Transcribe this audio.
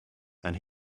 and